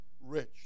rich